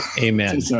Amen